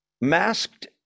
masked